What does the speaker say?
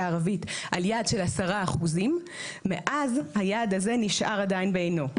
הערבית על יעד של 10%. מאז היעד הזה נשאר עדיין בעינו.